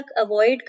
avoid